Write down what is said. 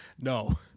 No